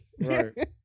Right